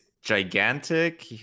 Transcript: gigantic